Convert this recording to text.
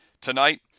Tonight